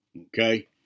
Okay